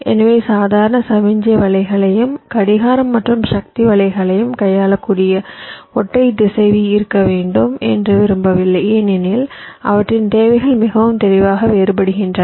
எனவே சாதாரண சமிக்ஞை வலைகளையும் கடிகாரம் மற்றும் சக்தி வலைகளையும் கையாளக்கூடிய ஒற்றை திசைவி இருக்க வேண்டும் என்று விரும்பவில்லை ஏனெனில் அவற்றின் தேவைகள் மிகவும் தெளிவாக வேறுபடுகின்றன